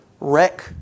wreck